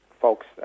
folks